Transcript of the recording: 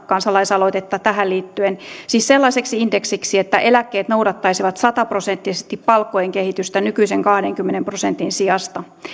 kansalaisaloitetta tähän liittyen siis sellaiseksi indeksiksi että eläkkeet noudattaisivat sata prosenttisesti palkkojen kehitystä nykyisen kahdenkymmenen prosentin sijasta